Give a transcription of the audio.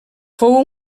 fou